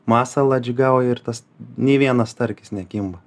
masalą džiūgauja ir tas nei vienas starkis nekimba